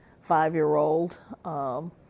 five-year-old